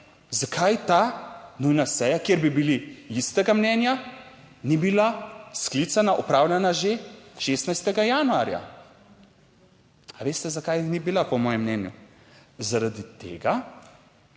zakaj ta nujna seja, kjer bi bili istega mnenja, ni bila sklicana, opravljena že 16. januarja. A veste zakaj ni bila po mojem mnenju? Zaradi tega,